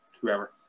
whoever